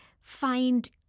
find